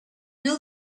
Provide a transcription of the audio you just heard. new